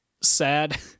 sad